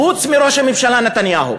חוץ מראש הממשלה נתניהו.